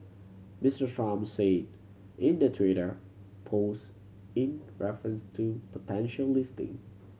Mister Trump said in the Twitter post in reference to potential listing